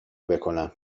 بکنم